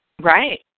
Right